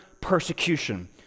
persecution